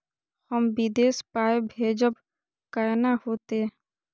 हम विदेश पाय भेजब कैना होते?